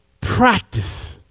Practice